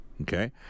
okay